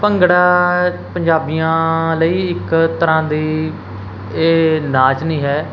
ਭੰਗੜਾ ਪੰਜਾਬੀਆਂ ਲਈ ਇੱਕ ਤਰ੍ਹਾਂ ਦੀ ਇਹ ਨਾਚ ਨਹੀਂ ਹੈ